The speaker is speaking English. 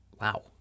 Wow